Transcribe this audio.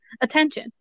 attention